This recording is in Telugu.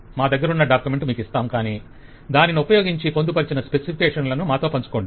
మా దగ్గరున్న డాక్యుమెంట్ మీకు ఇస్తాం కాని దానిని ఉపయోగించి పొందుపరచిన స్పెసిఫికేషన్ లను మాతో పంచుకోండి